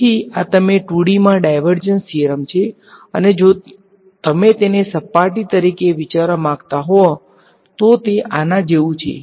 તેથી આ તમે 2D માં ડાયવર્જન્સ થીયરમ છે અને જો તમે તેને સપાટી તરીકે વિચારવા માંગતા હોવ તો તે આના જેવું છે